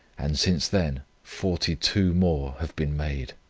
and since then forty two more have been made.